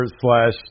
slash